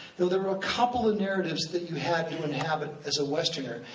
there were a couple of narratives that you had to inhabit as a westerner,